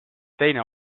teine